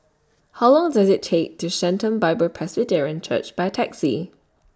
How Long Does IT Take to Sharon Bible Presbyterian Church By Taxi